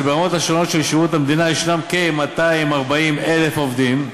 שברמות השונות של שירות המדינה ישנם כ-240,000 עובדים,